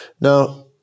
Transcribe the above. now